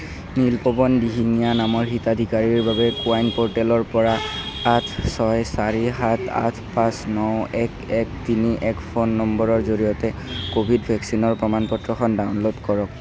নীলপৱন দিহিঙীয়া নামৰ হিতাধিকাৰীৰ বাবে ক'ৱাইন প'ৰ্টেলৰ পৰা আঠ ছয় চাৰি সাত আঠ পাঁচ ন এক এক তিনি এক ফোন নম্বৰৰ জৰিয়তে ক'ভিড ভেকচিনৰ প্ৰমাণ পত্ৰখন ডাউনলোড কৰক